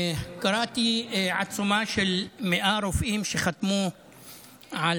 קראתי עצומה של 100 רופאים שחתמו על